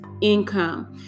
income